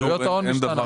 עלויות ההון משתנות.